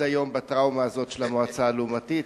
ועד היום אני בטראומה הזאת של המועצה הלעומתית.